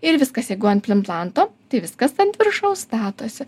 ir viskas jeigu ant implanto tai viskas ant viršaus statosi